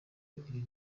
ibyo